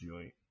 joint